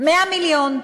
100 מיליון.